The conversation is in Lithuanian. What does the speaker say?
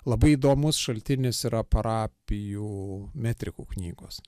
labai įdomus šaltinis yra parapijų metrikų knygos